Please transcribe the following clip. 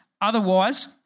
Otherwise